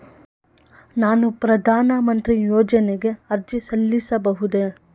ನಾನು ಪ್ರಧಾನ ಮಂತ್ರಿ ಯೋಜನೆಗೆ ಅರ್ಜಿ ಸಲ್ಲಿಸಬಹುದೇ?